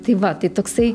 tai va tai toksai